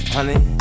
Honey